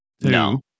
No